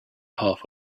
half